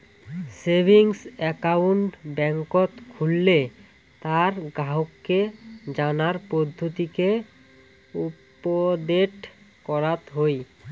savings account বেংকত খুললে তার গ্রাহককে জানার পদ্ধতিকে উপদেট করাত হই